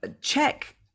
check